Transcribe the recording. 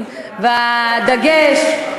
והדגש,